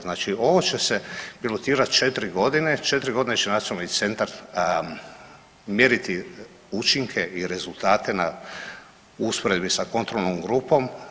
Znači ovo će se pilotirat 4.g., 4.g. će nacionalni centar mjeriti učinke i rezultate na usporedbi sa kontrolnom grupom.